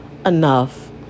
Enough